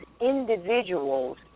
individuals